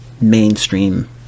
mainstream